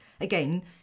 again